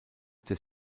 des